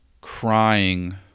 crying